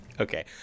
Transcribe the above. Okay